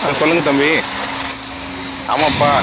ஆ சொல்லுங்கள் தம்பி ஆமாம்ப்பா